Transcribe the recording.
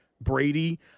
Brady